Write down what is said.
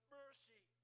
mercy